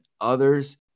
others